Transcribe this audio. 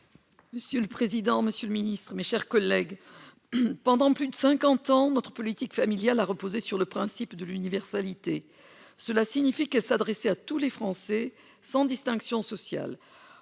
Monsieur le président, Monsieur le Ministre, mes chers collègues, pendant plus de 50 ans notre politique familiale a reposé sur le principe de l'universalité, cela signifie que s'adresser à tous les Français, sans distinction sociale,